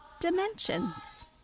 dimensions